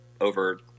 over